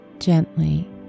gently